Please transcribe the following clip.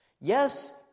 Yes